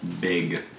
Big